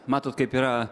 matot kaip yra